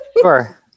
sure